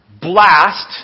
blast